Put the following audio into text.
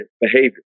behavior